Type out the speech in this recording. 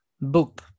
book